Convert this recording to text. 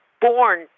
born